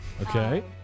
Okay